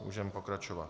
Můžeme pokračovat.